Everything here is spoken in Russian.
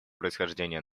происхождения